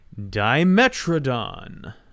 Dimetrodon